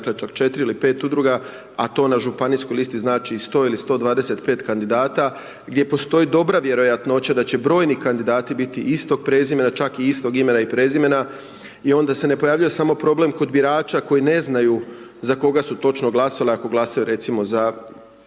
dakle, 4 ili 5 udruga, a to na županijskoj listi znači 100 ili 125 kandidata gdje postoji dobra vjerojatnoća da će brojni kandidati biti istog prezimena, čak i istog imena i prezimena, i onda se ne pojavljuje samo problem kod birača koji ne znaju za koga su točno glasali, ako glasuju recimo za